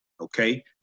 Okay